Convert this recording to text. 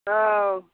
औ